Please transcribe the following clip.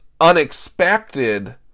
unexpected